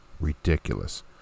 ridiculous